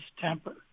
temper